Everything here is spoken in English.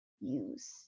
use